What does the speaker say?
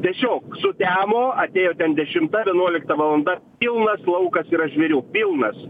tiesiog sutemo atėjo ten dešimta vienuolikta valanda pilnas laukas yra žvėrių pilnas